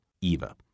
Eva